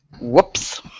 Whoops